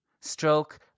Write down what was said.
Stroke